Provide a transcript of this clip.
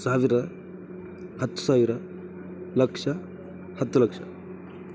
ಸಾವಿರ ಹತ್ತು ಸಾವಿರ ಲಕ್ಷ ಹತ್ತು ಲಕ್ಷ